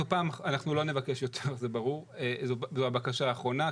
אנחנו לא נבקש יותר, זה ברור, זו הבקשה האחרונה.